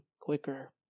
quicker